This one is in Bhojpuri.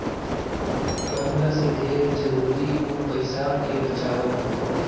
कमइला से ढेर जरुरी उ पईसा के बचावल हअ